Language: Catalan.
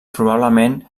probablement